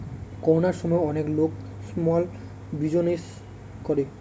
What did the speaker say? করোনার সময় অনেক লোক স্মল বিজনেস করে